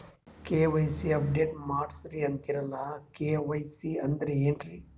KYC update ಮಾಡಸ್ರೀ ಅಂತರಲ್ಲ KYC ಅಂದ್ರ ಏನ್ರೀ?